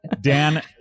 Dan